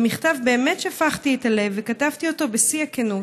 במכתב באמת שפכתי את הלב וכתבתי אותו בשיא הכנות.